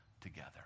together